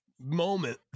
moment